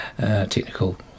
technical